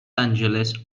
angeles